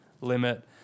limit